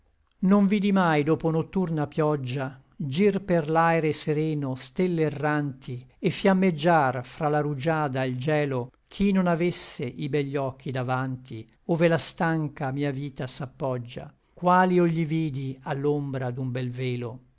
non vidi mai dopo nocturna pioggia gir per l'aere sereno stelle erranti et fiammeggiar fra la rugiada e l gielo ch'i non avesse i begli occhi davanti ove la stancha mia vita s'appoggia quali io gli vidi a l'ombra di un bel velo